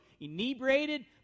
inebriated